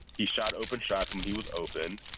he shot open shots and he was open.